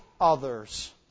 others